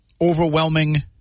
overwhelming